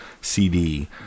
CD